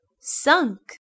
sunk